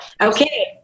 Okay